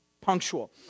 punctual